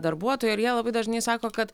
darbuotojų ir jie labai dažnai sako kad